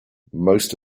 most